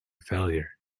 failure